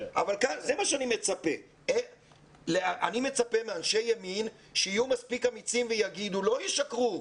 אני מצפה מאנשי ימין שיהיו מספיק אמיצים ולא ישקרו,